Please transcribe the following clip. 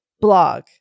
blog